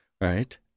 right